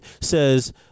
says